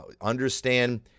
understand